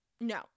No